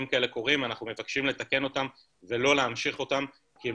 כאלה קורים אנחנו מבקשים לתקן אותם ולא להמשיך אותם כי הם